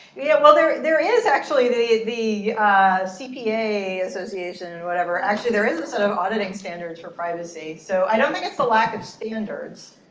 yeah. well there there is actually. the the cpa association or and whatever, actually there is this sort of auditing standards for privacy. so i don't think it's the lack of standards.